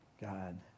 God